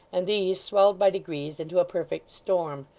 and these swelled by degrees into a perfect storm.